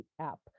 app